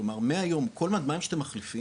כלומר מהיום כל מד מים שאתם מחליפים,